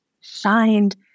shined